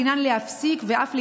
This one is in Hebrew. דינן להיפסק ואף להתבטל,